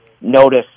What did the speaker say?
notice